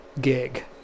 gig